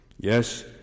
Yes